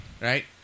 Right